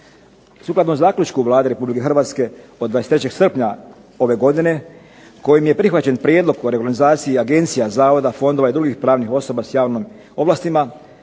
Sukladno zaključku Vlade Republike Hrvatske od 23. srpnja ove godine kojim je prihvaćen prijedlog o reorganizaciji agencija, zavoda, fondova i drugih pravnih osoba s javnim ovlastima